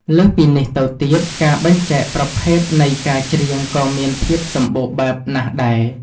លើសពីនេះទៅទៀត ការបែងចែកប្រភេទនៃការច្រៀងក៏មានភាពសម្បូរបែបណាស់ដែរ។